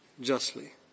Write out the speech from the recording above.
justly